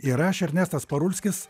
ir aš ernestas parulskis